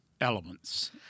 elements